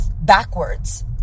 backwards